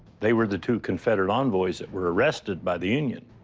they were the two confederate envoys that were arrested by the union.